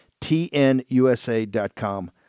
TNUSA.com